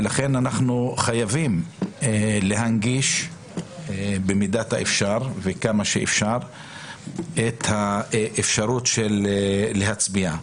לכן אנחנו חייבים להנגיש במידת האפשר וכמה שאפשר את האפשרות להצביע.